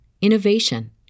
innovation